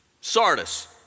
Sardis